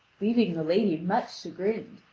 leaving the lady much chagrined,